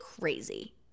crazy